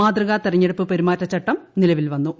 മാതൃകാ തെരഞ്ഞെടുപ്പ് പെരുമാറ്റച്ചട്ട് ന്ട്രില്പിൽ വന്നു